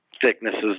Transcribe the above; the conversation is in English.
thicknesses